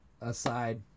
aside